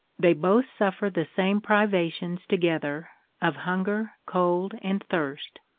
they both suffer the same privations together of hunger, cold, and thirst,